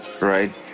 right